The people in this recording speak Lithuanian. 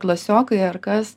klasiokai ar kas